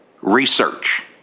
research